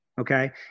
Okay